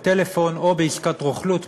בטלפון או בעסקת רוכלות,